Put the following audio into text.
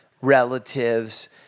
relatives